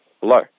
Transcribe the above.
Hello